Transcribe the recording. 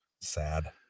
Sad